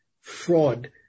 fraud